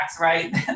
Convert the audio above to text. Right